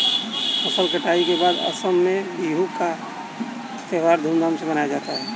फसल कटाई के बाद असम में बिहू का त्योहार धूमधाम से मनाया जाता है